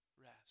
rest